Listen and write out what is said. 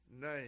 name